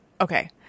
Okay